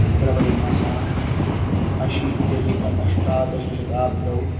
फ़िब्रवरीमासः अशीत्यधिक अष्टादशशताब्दौ